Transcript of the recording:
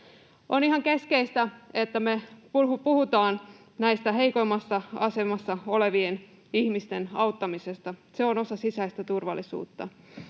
On ihan keskeistä, että me puhutaan heikoimmassa asemassa olevien ihmisten auttamisesta. Se on osa sisäistä turvallisuutta.